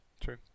true